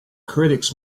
critics